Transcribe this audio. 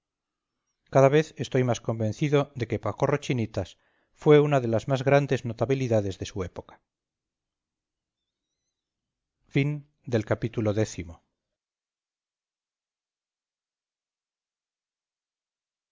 cada vez estoy más convencido de que pacorro chinitas fue una de las más grandes notabilidades de su época ii